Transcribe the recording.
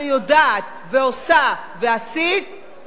שיודעת ועושה ועשית,